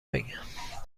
بگم